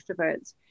extroverts